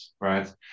right